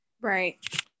Right